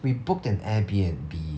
we booked an Air B_N_B